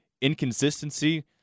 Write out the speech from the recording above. inconsistency